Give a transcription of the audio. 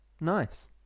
Nice